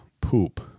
poop